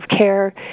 care